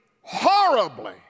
horribly